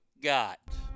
got